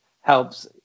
helps